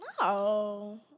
No